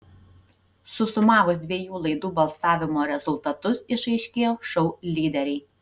susumavus dviejų laidų balsavimo rezultatus išaiškėjo šou lyderiai